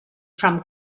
from